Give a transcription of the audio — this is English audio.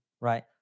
right